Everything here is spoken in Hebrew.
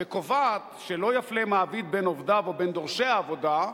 הקובע: לא יפלה מעביד בין עובדיו או בין דורשי העבודה,